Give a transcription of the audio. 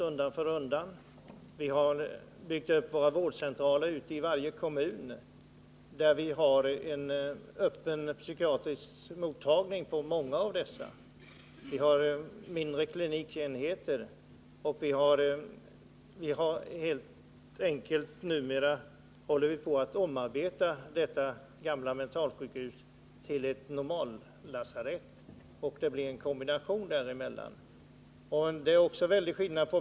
Vi har vidare byggt upp vårdcentraler i nästan varje kommun, och på några av dessa finns en öppen psykiatrisk mottagning. Det finns även mindre klinikenheter, och vi håller f. n. på att omarbeta vårt mentalsjukhus så att det också delvis kommer att bli ett bassjukhus.